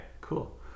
cool